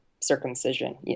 circumcision